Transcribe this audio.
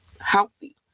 healthy